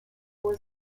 was